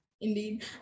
indeed